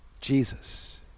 Jesus